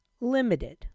limited